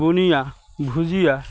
বুনীয়া ভুজিয়া